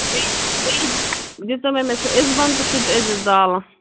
بیٚیہِ بیٚیہِ دِژیٚوے مےٚ سُہ اِزبنٛد تہٕ سُہ تہِ ٲسۍ زِ زالان